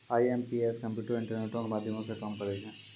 IMPS कम्प्यूटरो, इंटरनेटो के माध्यमो से काम करै छै